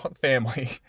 family